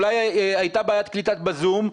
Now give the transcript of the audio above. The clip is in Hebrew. אולי הייתה בעיית קליטה בזום,